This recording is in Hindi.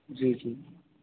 जी जी जी